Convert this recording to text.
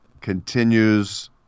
continues